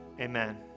amen